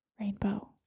Rainbow